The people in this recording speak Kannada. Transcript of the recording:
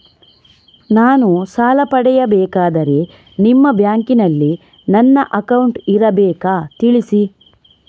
ನಾನು ಸಾಲ ಪಡೆಯಬೇಕಾದರೆ ನಿಮ್ಮ ಬ್ಯಾಂಕಿನಲ್ಲಿ ನನ್ನ ಅಕೌಂಟ್ ಇರಬೇಕಾ ತಿಳಿಸಿ?